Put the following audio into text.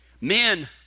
Men